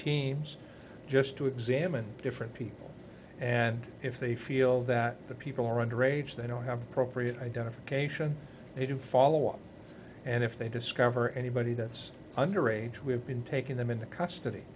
teams just to examine different people and if they feel that the people are under age they don't have propre identification they do follow up and if they discover anybody that's under age we have been taking them into custody